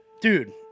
dude